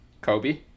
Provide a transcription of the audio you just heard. Kobe